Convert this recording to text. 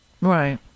right